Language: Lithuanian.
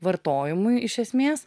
vartojimui iš esmės